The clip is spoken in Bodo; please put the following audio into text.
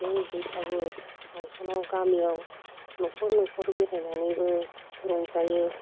जों बैसागु फांसनाव गामियाव न'खर न'खर बेरायनानैबो रंजायो